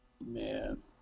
Man